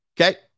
Okay